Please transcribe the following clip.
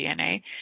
DNA